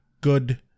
good